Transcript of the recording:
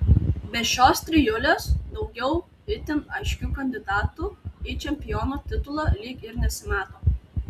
be šios trijulės daugiau itin aiškių kandidatų į čempiono titulą lyg ir nesimato